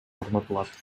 орнотулат